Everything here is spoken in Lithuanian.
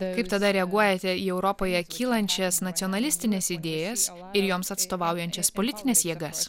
kaip tada reaguojate į europoje kylančias nacionalistines idėjas ir joms atstovaujančias politines jėgas